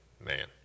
man